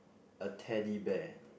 a Teddy Bear